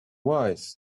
wise